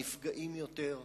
הנפגעים יותר,